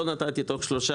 לא נתתי בזמן,